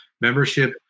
membership